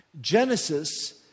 Genesis